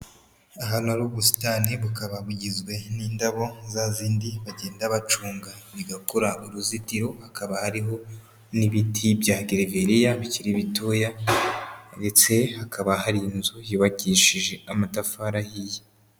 Ahantu hari ubusitani bukaba bugizwe n'indabo za zindi bagenda bacunga bigakora uruzitiro, hakaba hariho n'ibiti bya gereveriya bikiri bitoya ndetse hakaba hari inzu yubakishije amatafari ahiye.